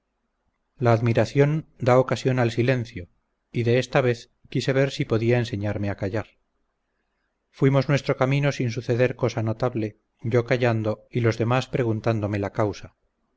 la admiración da ocasión al silencio y de esta vez quise ver si podía enseñarme a callar fuimos nuestro camino sin suceder cosa notable yo callando y los demás preguntándome la causa